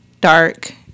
dark